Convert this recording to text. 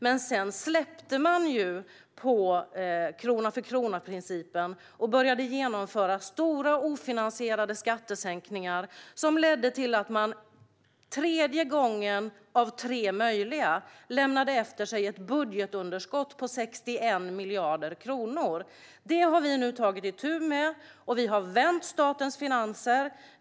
Men sedan släppte man på krona-för-krona-principen och började genomföra stora ofinansierade skattesänkningar som ledde till att man för tredje gången av tre möjliga lämnade efter sig ett budgetunderskott på 61 miljarder kronor. Detta har vi nu tagit itu med. Vi har vänt statens finanser.